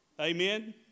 Amen